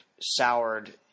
soured